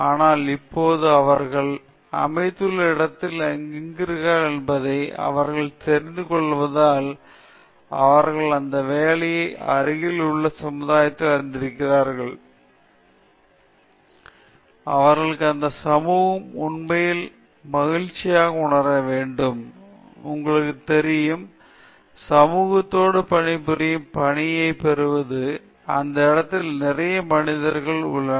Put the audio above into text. ஆனால் இப்போது அவர்கள் அமைத்துள்ள இடத்தில் எங்கு இருக்கிறீர்கள் என்பதை அவர்கள் தெரிந்துகொள்வதால் அவர்கள் அந்த வேலைக்கு அருகில் உள்ள சமுதாயத்தை அறிந்திருக்கிறார்கள் அவர்களும் அந்த சமூகமும் உண்மையில் மகிழ்ச்சியாக உணர வேண்டும் உங்களுக்குத் தெரியும் சமுதாயத்தோடு பணிபுரியும் பணியைப் பெறுவது அந்த இடத்தில் நிறைய மனிதக் கோணங்கள் உள்ளன